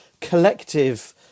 collective